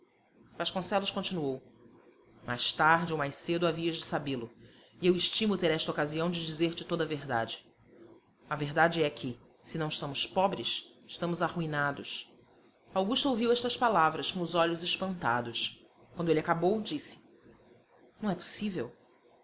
vasconcelos continuou mais tarde ou mais cedo havias de sabê-lo e eu estimo ter esta ocasião de dizer-te toda a verdade a verdade é que se não estamos pobres estamos arruinados augusta ouviu estas palavras com os olhos espantados quando ele acabou disse não é possível